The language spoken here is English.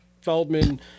Feldman